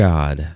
God